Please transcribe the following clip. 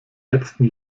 letzten